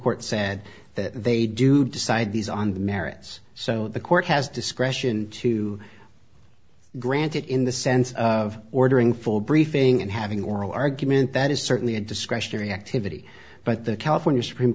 court said that they do decide these on the merits so the court has discretion to grant it in the sense of ordering for briefing and having oral argument that is certainly a discretionary activity but the california supreme